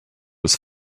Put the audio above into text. was